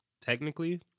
technically